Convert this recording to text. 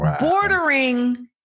bordering